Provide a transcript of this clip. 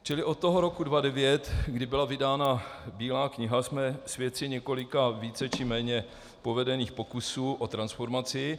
Čili od toho roku 2009, kdy byla vydána Bílá kniha, jsme svědky několika více či méně povedených pokusů o transformaci.